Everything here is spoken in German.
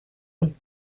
und